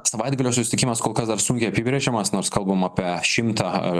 savaitgalio susitikimas kol kas dar sunkiai apibrėžiamas nors kalbam apie šimtą